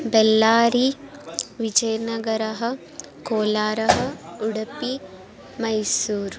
बेल्लारिः विजयनगरः कोलारः उडपिः मैसूरः